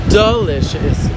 delicious